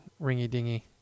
ringy-dingy